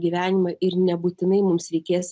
gyvenimą ir nebūtinai mums reikės